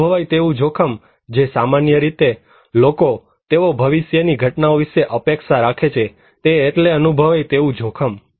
અનુભવાય તેવું જોખમ જે રીતે સામાન્ય લોકોતેઓ ભવિષ્યની ઘટનાઓ વિશે અપેક્ષા રાખે છે તે એટલે અનુભવાય તેવું જોખમ